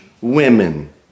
women